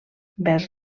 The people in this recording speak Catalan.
vers